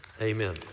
Amen